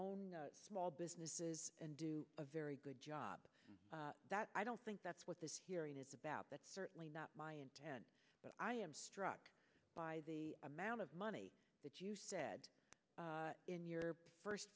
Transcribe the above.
e small businesses and do a very good job that i don't think that's what this hearing is about that's certainly not my intent but i am struck by the amount of money that you said in your first